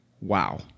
Wow